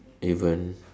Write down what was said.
even